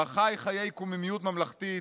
בה חי חיי קוממיות ממלכתית,